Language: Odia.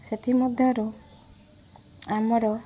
ସେଥିମଧ୍ୟରୁ ଆମର